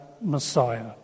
Messiah